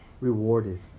rewarded